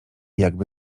jakby